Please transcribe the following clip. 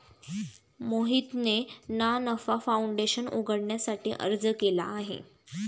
मोहितने ना नफा फाऊंडेशन उघडण्यासाठी अर्ज केला आहे